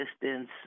distance